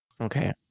Okay